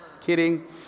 Kidding